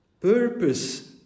purpose